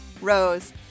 Rose